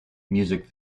music